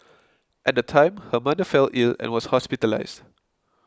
at the time her mother fell ill and was hospitalised